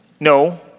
No